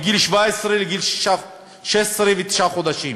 מגיל 17 לגיל 16 ותשעה חודשים.